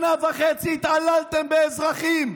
שנה וחצי התעללתם באזרחים,